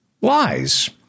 lies